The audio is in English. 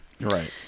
Right